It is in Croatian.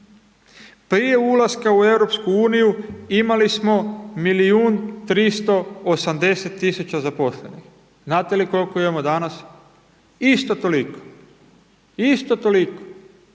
Prije ulaska u EU imali smo 1.380.000 zaposlenih, znate li koliko imamo danas, isto toliko, isto toliko.